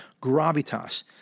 gravitas